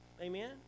Amen